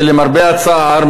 למרבה הצער,